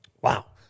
Wow